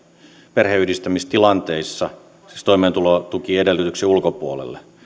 perheenyhdistämistilanteissa siis toimeentulotukiedellytyksen ulkopuolelle jätetyt